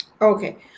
Okay